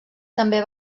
també